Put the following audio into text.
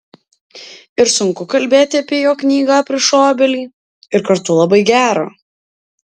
ir sunku kalbėti apie jo knygą aprišu obelį ir kartu labai gera